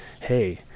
hey